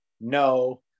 no